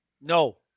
No